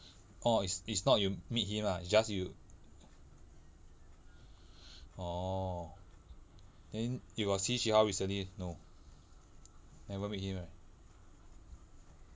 orh is is not you meet him ah is just you orh then you got see chee hao recently no never meet him right